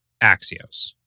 Axios